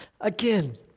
again